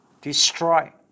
destroy